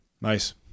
Nice